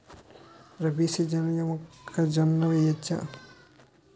రబీ సీజన్లో మొక్కజొన్న వెయ్యచ్చా?